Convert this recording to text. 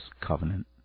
covenant